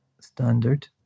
Standard